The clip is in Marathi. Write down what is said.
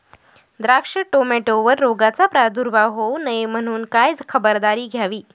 द्राक्ष, टोमॅटोवर रोगाचा प्रादुर्भाव होऊ नये म्हणून काय खबरदारी घ्यावी?